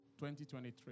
2023